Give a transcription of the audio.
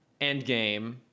Endgame